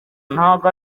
ntago